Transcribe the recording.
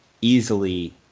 Easily